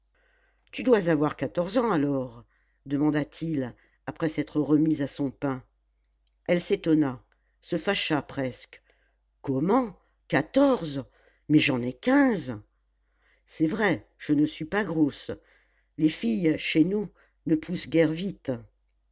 tu dois avoir quatorze ans alors demanda-t-il après s'être remis à son pain elle s'étonna se fâcha presque comment quatorze mais j'en ai quinze c'est vrai je ne suis pas grosse les filles chez nous ne poussent guère vite